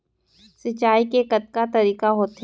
सिंचाई के कतका तरीक़ा होथे?